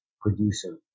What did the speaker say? producer